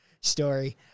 story